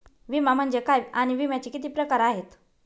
विमा म्हणजे काय आणि विम्याचे किती प्रकार आहेत?